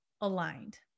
aligned